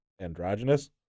androgynous